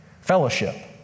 Fellowship